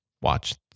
watch